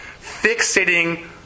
Fixating